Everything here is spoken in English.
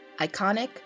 iconic